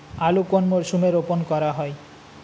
আলু কোন মরশুমে রোপণ করা হয়?